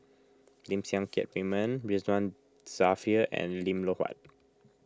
Lim Siang Keat Raymond Ridzwan Dzafir and Lim Loh Huat